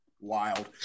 wild